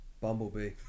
bumblebee